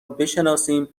بشناسیم